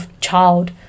child